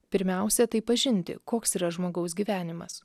pirmiausia tai pažinti koks yra žmogaus gyvenimas